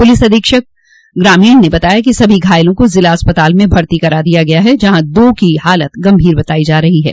police अधीक्षक ग्रामोण ने बताया कि सभी घायलों को जिला अस्पताल में भर्ती करा दिया गया है जहां दो की हालत गंभीर बतायी जा रही है